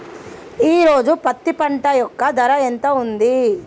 ఈ రోజు పత్తి పంట యొక్క ధర ఎంత ఉంది?